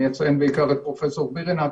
אני אציין בעיקר את פרופ' בירנהק,